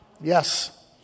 Yes